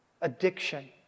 addiction